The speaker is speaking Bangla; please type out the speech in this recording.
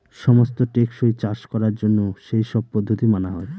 সমস্ত টেকসই চাষ করার জন্য সেই সব পদ্ধতি মানা হয়